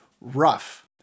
rough